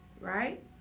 right